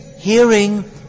Hearing